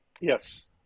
Yes